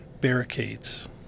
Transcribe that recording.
barricades